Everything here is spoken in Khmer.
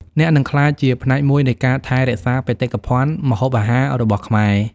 អ្នកនឹងក្លាយជាផ្នែកមួយនៃការថែរក្សាបេតិកភណ្ឌម្ហូបអាហាររបស់ខ្មែរ។